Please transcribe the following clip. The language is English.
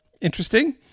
interesting